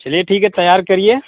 चलिए ठीक है तैयार करिए